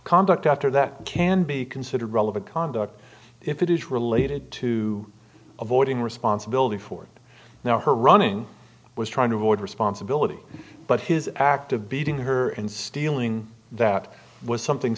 conduct after that can be considered relevant conduct if it is related to avoiding responsibility for now her running was trying to avoid responsibility but his act of beating her and stealing that was something